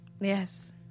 Yes